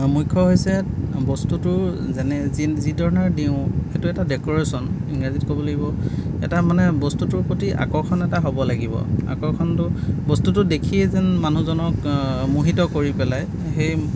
মুখ্য হৈছে বস্তুটো যেনে যি ধৰণৰ দিওঁ সেইটো এটা ডেকৰেশ্যন ইংৰাজীত ক'ব লাগিব এটা মানে বস্তুটোৰ প্ৰতি আৰ্কষণ এটা হ'ব লাগিব আকৰ্ষণটো বস্তুটো দেখিয়েই যেন মানুহজনক মোহিত কৰি পেলাই সেই